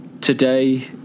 today